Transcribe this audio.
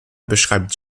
beschreibt